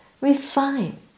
refined